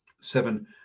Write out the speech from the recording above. seven